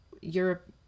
Europe